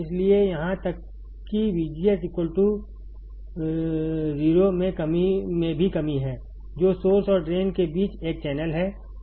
इसलिए यहां तक कि VGS 0 में भी कमी है जो सोर्स और ड्रेन के बीच एक चैनल है